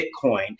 Bitcoin